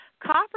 Copper